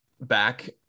back